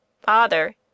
Father